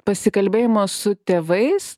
pasikalbėjimo su tėvais